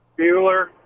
Bueller